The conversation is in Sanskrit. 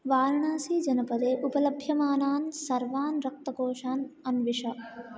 वारणासीजनपदे उपलभ्यमानान् सर्वान् रक्तकोषान् अन्विष